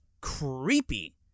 creepy